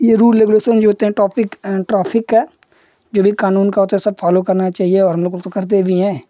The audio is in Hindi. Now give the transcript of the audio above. ये रूल रेगुलेशन जो होते हैं टॉपिक ट्रैफ़िक है जो भी कानून का होता है सब फ़ॉलो करना चाहिए और हमलोग तो करते भी हैं